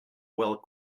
well